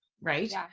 right